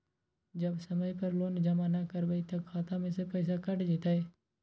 जब समय पर लोन जमा न करवई तब खाता में से पईसा काट लेहई?